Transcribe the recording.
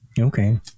Okay